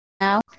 Now